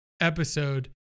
episode